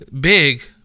big